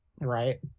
right